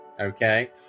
okay